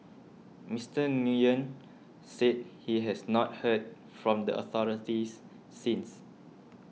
Mister Nguyen said he has not heard from the authorities since